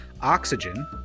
oxygen